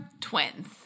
twins